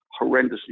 horrendously